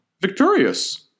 victorious